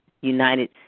United